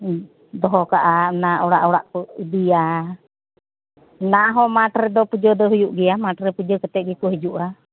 ᱦᱮ ᱫᱚᱦᱚ ᱠᱟᱜᱼᱟ ᱚᱱᱟ ᱚᱲᱟᱜ ᱚᱲᱟᱜ ᱠᱚ ᱤᱫᱤᱭᱟ ᱚᱱᱟᱦᱚᱸ ᱢᱟᱴ ᱨᱮᱫᱚ ᱯᱩᱡᱟᱹ ᱫᱚ ᱦᱩᱭᱩᱜ ᱜᱮᱭᱟ ᱢᱟᱴᱨᱮ ᱯᱩᱡᱟᱹ ᱠᱟᱛᱮᱜ ᱜᱮᱠᱩ ᱦᱤᱡᱩᱜᱼᱟ